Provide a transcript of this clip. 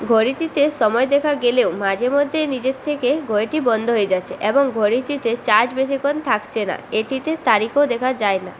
ঘড়িটিতে সময় দেখা গেলেও মাঝেমধ্যে নিজের থেকে ঘড়িটি বন্ধ হয়ে যাচ্ছে এবং ঘড়িটিতে চার্জ বেশিক্ষণ থাকছে না এটিতে তারিখও দেখা যায় না